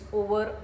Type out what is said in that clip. over